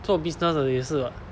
做 business 的也是 [what]